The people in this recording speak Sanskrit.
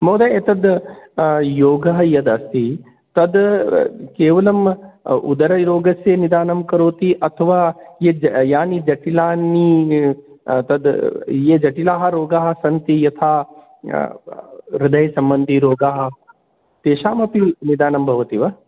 महोदय एतद् योगः यदस्ति तद् केवलम् उदररोगस्य निदानं करोति अथवा यत् यानि जटिलानि तद् ये जटिलाः रोगाः सन्ति यथा हृदयसम्बन्धि रोगाः तेषाम् अपि निदानं भवति वा